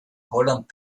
holland